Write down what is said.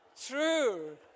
True